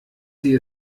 sie